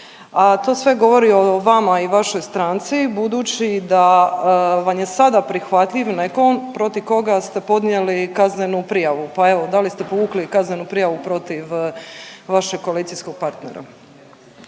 to sve govori o vama i vašoj stranci budući da vam je sada prihvatljiv neko protiv koga ste podnijeli kaznenu prijavu, pa evo da li ste povukli kaznenu prijavu protiv vašeg koalicijskog partnera?